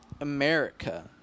America